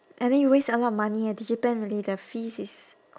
and then you waste a lot of money ah digipen really the fees is